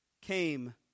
came